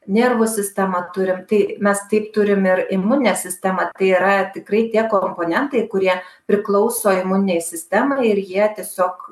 nervų sistemą turim tai mes taip turim ir imuninę sistemą tai yra tikrai tie komponentai kurie priklauso imuninei sistemai ir jie tiesiog